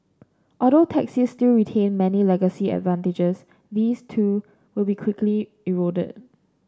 although taxis still retain many legacy advantages these too will be quickly eroded